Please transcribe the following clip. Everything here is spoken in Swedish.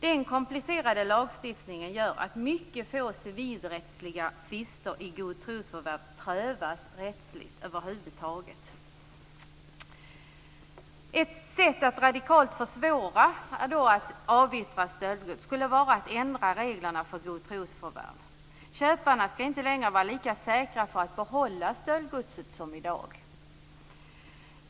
Den komplicerade lagstiftningen gör att mycket få civilrättsliga tvister om godtrosförvärv prövas rättsligt över huvud taget. Ett sätt att radikalt försvåra att avyttra stöldgods skulle vara att ändra reglerna för godtrosförvärv. Köparna skall inte längre vara lika säkra på att få behålla stöldgodset som i dag.